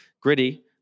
Gritty